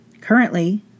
Currently